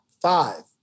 Five